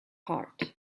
heart